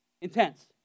Intense